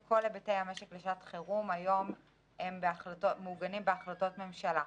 כל היבטי המשק לשעת חירום מעוגנים היום בהחלטות ממשלה.